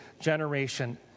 generation